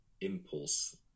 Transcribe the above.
impulse